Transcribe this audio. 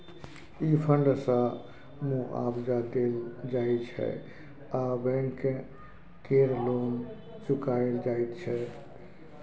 ई fund सँ मुआबजा देल जाइ छै आ बैंक केर लोन चुकाएल जाइत छै